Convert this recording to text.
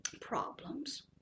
problems